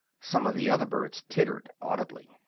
some of the other birds tittered audibly.